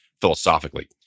philosophically